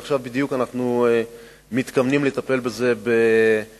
ועכשיו בדיוק אנחנו מתכוונים לטפל בזה בחומרה.